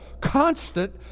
constant